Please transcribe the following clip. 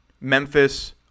Memphis